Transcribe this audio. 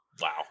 Wow